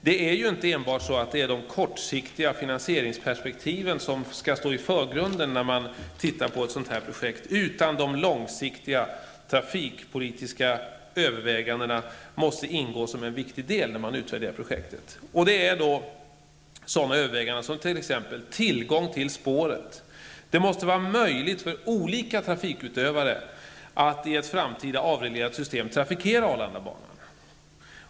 Det är inte enbart de kortsiktiga finansieringsperspektiven som skall vara i förgrunden när man tittar på ett sådant här projekt. De långsiktiga trafikpolitiska övervägandena måste också utgöra en viktig del vid en utvärdering av projektet. Övervägandena kan gälla t.ex. tillgången till spåret. Det måste alltså vara möjligt för olika trafikutövare att i ett framtida avreglerat system trafikera Arlandabanan.